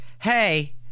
hey